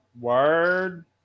Word